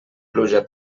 pluja